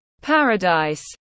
paradise